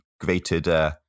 grated